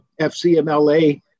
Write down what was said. FCMLA